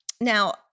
Now